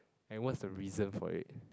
and what's the reason for it